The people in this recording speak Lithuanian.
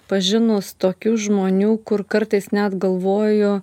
pažinus tokių žmonių kur kartais net galvoju